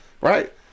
right